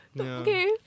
Okay